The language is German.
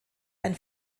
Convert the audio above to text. ein